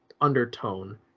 undertone